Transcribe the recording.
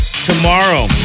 Tomorrow